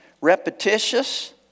repetitious